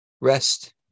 Rest